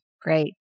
Great